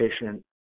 patient